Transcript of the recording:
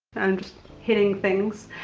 and hitting things.